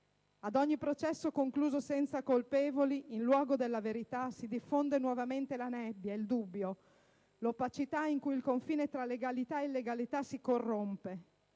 Ad ogni processo concluso senza colpevoli, in luogo della verità, si diffonde nuovamente la nebbia, il dubbio, l'opacità in cui il confine tra legalità ed illegalità si corrompe;